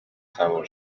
سوار